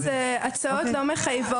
אלה הצעות לא מחייבות.